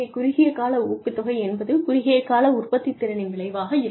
குறுகிய கால ஊக்கத்தொகை என்பது குறுகிய கால உற்பத்தித்திறனின் விளைவாக இருக்கும்